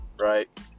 right